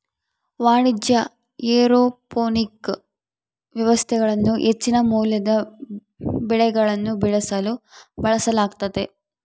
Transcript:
ವಾಣಿಜ್ಯ ಏರೋಪೋನಿಕ್ ವ್ಯವಸ್ಥೆಗಳನ್ನು ಹೆಚ್ಚಿನ ಮೌಲ್ಯದ ಬೆಳೆಗಳನ್ನು ಬೆಳೆಸಲು ಬಳಸಲಾಗ್ತತೆ